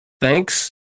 Thanks